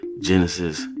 Genesis